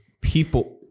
people